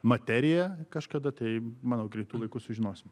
materija kažkada tai manau greitu laiku sužinosim